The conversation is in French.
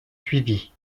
suivi